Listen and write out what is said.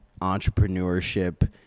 entrepreneurship